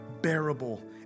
bearable